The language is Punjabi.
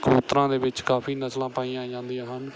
ਕਬੂਤਰਾਂ ਦੇ ਵਿੱਚ ਕਾਫੀ ਨਸਲਾਂ ਪਾਈਆਂ ਜਾਂਦੀਆਂ ਹਨ